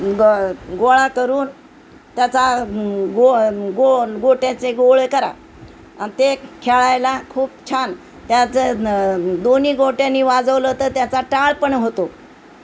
ग गोळा करून त्याचा गो गो गोट्याचे गोळे करा आणि ते खेळायला खूप छान त्याचं दोन्ही गोट्यानी वाजवलं तर त्याचा टाळपण होतो